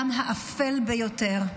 גם האפל ביותר.